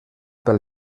pel